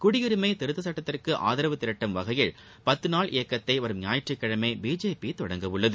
குடியுரிமை திருத்த சுட்டத்திற்கு ஆதரவு திரட்டும் வகையில் பத்து நாள் இயக்கத்தை வரும் ஞாயிற்றுக்கிழமை பிஜேபி தொடங்க உள்ளது